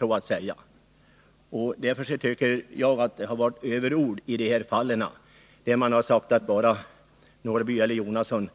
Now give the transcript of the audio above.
Man har enligt min mening tagit till överord när man sagt att bara Karl-Eric Norrby och Bertil Jonasson